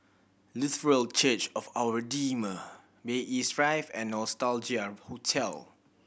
Lutheran Church of Our Redeemer Bay East Drive and Nostalgia Hotel